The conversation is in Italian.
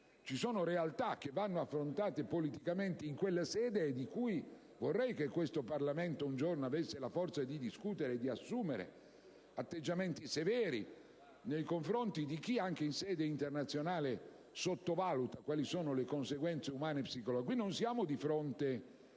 Ci sono realtà che vanno affrontate politicamente in quella sede e di cui vorrei che questo Parlamento un giorno avesse la forza di discutere, per assumere atteggiamenti severi nei confronti di chi, anche in sede internazionale, ne sottovaluta le conseguenze umane e psicologiche. C'è una grande